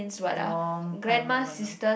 a long time ago no